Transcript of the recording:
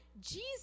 Jesus